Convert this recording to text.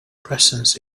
presence